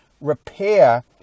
Repair